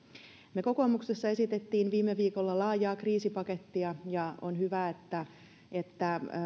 me kokoomuksessa esitimme viime viikolla laajaa kriisipakettia ja on hyvä että että